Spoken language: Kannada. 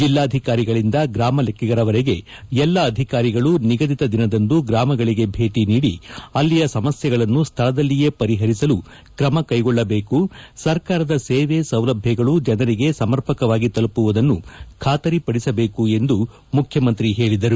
ಜಿಲ್ಲಾಧಿಕಾರಿಗಳಿಂದ ಗ್ರಾಮ ಲೆಕ್ಕಿಗರವರೆಗೆ ಎಲ್ಲ ಅಧಿಕಾರಿಗಳು ನಿಗದಿತ ದಿನದಂದು ಗ್ರಾಮಗಳಿಗೆ ಭೇಟಿ ನೀಡಿ ಅಲ್ಲಿಯ ಸಮಸ್ಯೆಗಳನ್ನು ಸ್ವಳದಲ್ಲಿಯೇ ಪರಿಹರಿಸಲು ಕ್ರಮ ಕೈಗೊಳ್ಳಬೇಕು ಸರ್ಕಾರದ ಸೇವೆ ಸೌಲಭ್ಯಗಳು ಜನರಿಗೆ ಸಮರ್ಪಕವಾಗಿ ತಲುಪುವುದನ್ನು ಖಾತರಿಪಡಿಸಬೇಕು ಎಂದು ಮುಖ್ಯಮಂತ್ರಿ ಹೇಳಿದರು